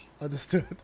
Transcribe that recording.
understood